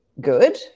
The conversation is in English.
good